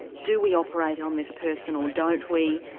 do we operate on this person or don't we.